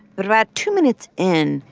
but about two minutes in,